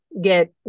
get